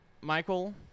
Michael